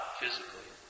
physically